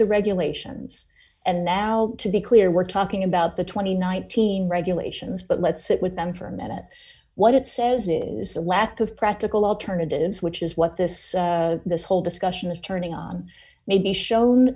the regulations and now to be clear we're talking about the two thousand and nineteen regulations but let's sit with them for a minute what it says it is the lack of practical alternatives which is what this this whole discussion is turning on may be shown